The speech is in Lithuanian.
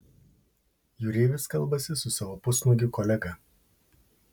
jūreivis kalbasi su savo pusnuogiu kolega